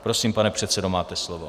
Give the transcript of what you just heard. Prosím, pane předsedo, máte slovo.